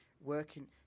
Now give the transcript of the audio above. working